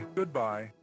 goodbye